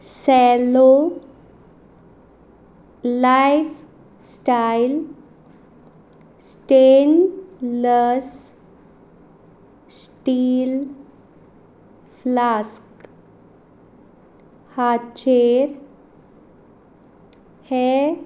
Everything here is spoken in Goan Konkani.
Cello lifestyle stainless steel flask हाचेर हेर